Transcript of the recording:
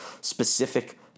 specific